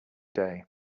day